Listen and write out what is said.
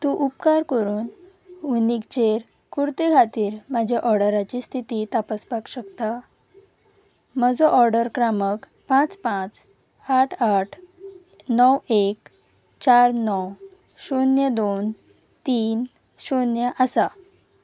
तूं उपकार करून हुनीकचेर कुर्ते खातीर म्हज्या ऑर्डराची स्थिती तपासपाक शकता म्हजो ऑर्डर क्रमांक पांच पांच आठ आठ णव एक चार णव शुन्य दोन तीन शुन्य आसा